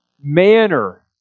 manner